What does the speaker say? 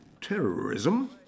terrorism